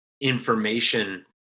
information